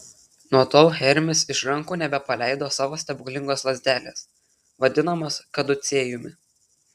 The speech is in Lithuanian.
nuo tol hermis iš rankų nebepaleido savo stebuklingos lazdelės vadinamos kaducėjumi